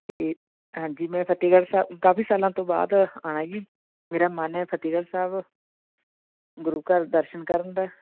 ਅਤੇ ਹਾਂਜੀ ਮੈਂ ਫਤਿਹਗੜ੍ਹ ਸਾ ਕਾਫੀ ਸਾਲਾਂ ਤੋਂ ਬਾਅਦ ਆਉਣਾ ਜੀ ਮੇਰਾ ਮਨ ਹੈ ਫਤਿਹਗੜ੍ਹ ਸਾਹਿਬ ਗੁਰੂ ਘਰ ਦਰਸ਼ਨ ਕਰਨ ਦਾ